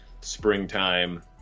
springtime